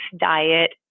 diet